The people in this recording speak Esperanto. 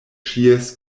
ĉies